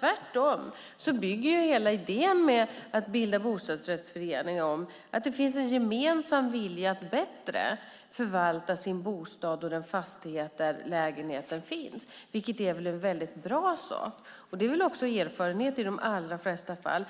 Tvärtom bygger ju hela idén med att bilda bostadsrättsförening på att det finns en gemensam vilja att bättre förvalta sin bostad och den fastighet där lägenheten finns, vilket är en väldigt bra sak. Det är också erfarenheten i de allra flesta fall.